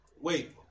Wait